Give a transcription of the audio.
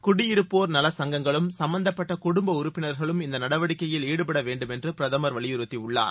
குடியிருப்போர் நலச் சங்கங்களும் சும்பந்தப்பட்ட குடும்ப உறுப்பினர்களும் இந்த நடவடிக்கையில் ஈடுபட வேண்டும் என்றும் பிரதமர் வலியுறுத்தியுள்ளார்